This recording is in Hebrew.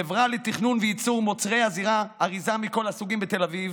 חברה לתכנון וייצור מוצרי אריזה מכל הסוגים בתל אביב.